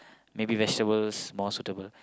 maybe vegetables more suitable